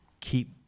keep